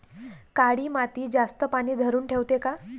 काळी माती जास्त पानी धरुन ठेवते का?